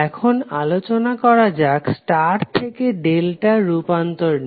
এখন আলোচনা করা যাক স্টার থেকে ডেল্টার রূপান্তর নিয়ে